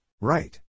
Right